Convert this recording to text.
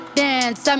dance